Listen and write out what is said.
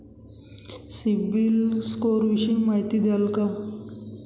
CIBIL score विषयी माहिती द्याल का?